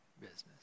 business